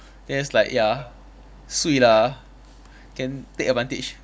then it's like ya swee lah can take advantage